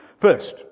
First